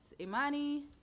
Imani